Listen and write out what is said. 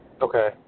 okay